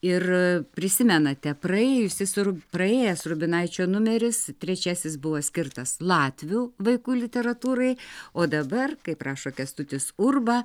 ir prisimenate praėjusis ir praėjęs rubinaičio numeris trečiasis buvo skirtas latvių vaikų literatūrai o dabar kaip rašo kęstutis urba